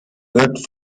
wird